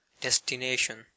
destination